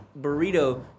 burrito